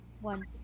one